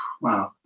Wow